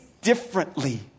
differently